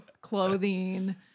clothing